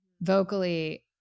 Vocally